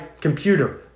computer